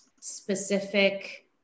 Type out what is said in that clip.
specific